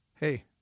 Hey